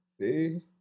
See